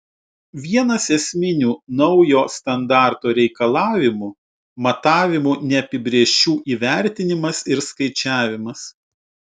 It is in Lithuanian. vienas esminių naujo standarto reikalavimų matavimų neapibrėžčių įvertinimas ir skaičiavimas